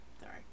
sorry